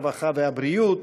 הרווחה והבריאות,